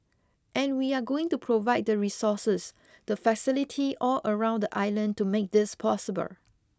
and we are going to provide the resources the facility all around the island to make this possible